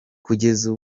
kugeza